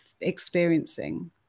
experiencing